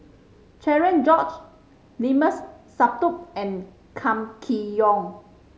Cherian George Limat Sabtu and Kam Kee Yong